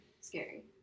Scary